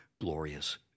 glorious